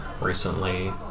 recently